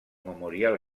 memorial